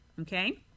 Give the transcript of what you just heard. Okay